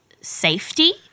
safety